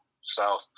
south